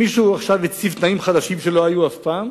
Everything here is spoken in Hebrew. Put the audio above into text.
מישהו הציב עכשיו תנאים חדשים, שלא היו אף פעם,